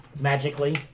Magically